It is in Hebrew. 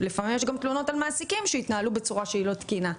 לפעמים יש גם תלונות על מעסיקים שהתנהלו בצורה לא תקינה.